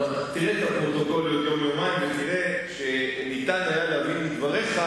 תראה את הפרוטוקול בעוד יום-יומיים ותראה שניתן היה להבין מדבריך